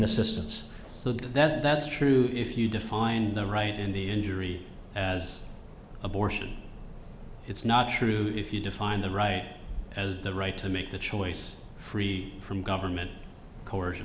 assistance so that that's true if you define the right and the injury as abortion it's not true if you define the right as the right to make the choice free from government coers